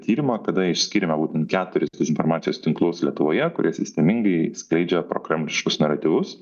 tyrimą kada išskyrėme būtent keturis iš dezinformacijos tinklus lietuvoje kurie sistemingai skleidžia prokremliškus naratyvus